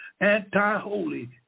anti-holy